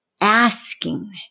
asking